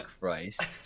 Christ